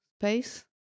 space